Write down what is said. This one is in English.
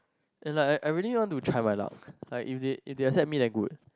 and like I I really want to try my luck like if they if they accept me then good